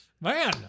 Man